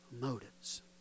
motives